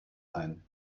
ein